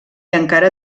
encara